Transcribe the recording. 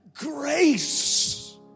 grace